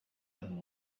them